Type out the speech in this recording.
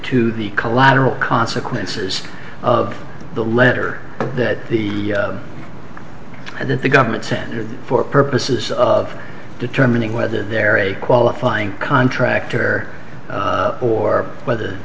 to the collateral consequences of the letter that the that the government sent for purposes of determining whether they're a qualifying contractor or whether